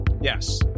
Yes